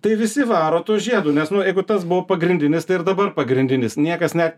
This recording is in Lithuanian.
tai visi varo tuo žiedu nes nu jeigu tas buvo pagrindinis tai ir dabar pagrindinis niekas net